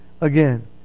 again